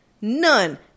none